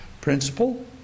Principle